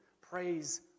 praise